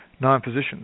non-physicians